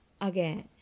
again